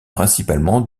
principalement